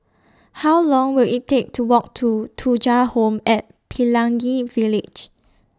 How Long Will IT Take to Walk to Thuja Home At Pelangi Village